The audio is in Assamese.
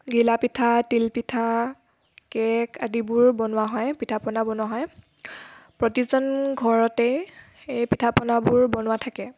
ঘিলাপিঠা তিলপিঠা কেক আদিবোৰ বনোৱা হয় পিঠা পনা বনোৱা হয় প্ৰতিজন ঘৰতেই এই পিঠা পনাবোৰ বনোৱা থাকে